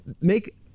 make